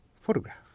photograph